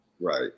right